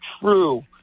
true